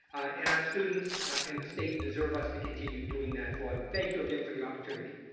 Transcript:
an eye students in the state deserve us to continue doing that for them. thank you. again, for the opportunity.